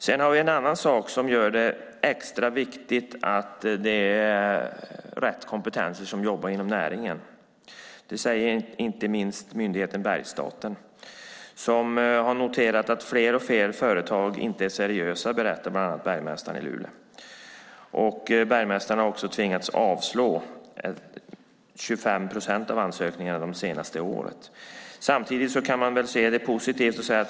Sedan finns det en annan sak som gör det extra viktigt att personer med rätt kompetens jobbar inom näringen. Det säger inte minst myndigheten Bergsstaten. Fler och fler företag är inte seriösa, berättar bland annat bergmästaren i Luleå. Bergmästaren har också tvingats avslå 25 procent av ansökningarna det senaste året. Samtidigt kan man se det positivt.